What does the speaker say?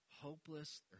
hopeless